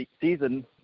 season